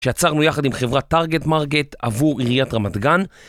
שיצרנו יחד עם חברת טארגט מרגט עבור עיריית רמת גן